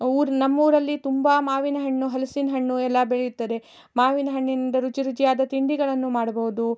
ಊರು ನಮ್ಮೂರಲ್ಲಿ ತುಂಬ ಮಾವಿನ ಹಣ್ಣು ಹಲಸಿನ ಹಣ್ಣು ಎಲ್ಲಾ ಬೆಳೆಯುತ್ತದೆ ಮಾವಿನ ಹಣ್ಣಿನಿಂದ ರುಚಿರುಚಿಯಾದ ತಿಂಡಿಗಳನ್ನು ಮಾಡಬವ್ದು